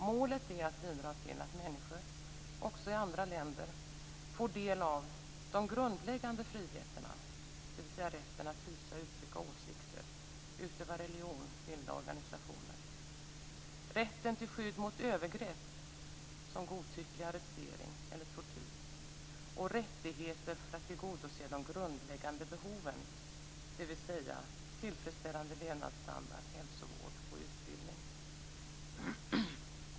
Målet är att bidra till att människor också i andra länder får del av - de grundläggande friheterna, dvs. rätten att hysa och uttrycka åsikter, utöva religion, bilda organisationer, - rätten till skydd mot övergrepp, som godtycklig arrestering eller tortyr, och - rättigheter för att tillgodose de grundläggande behoven, dvs. tillfredsställande levnadsstandard, hälsovård och utbildning.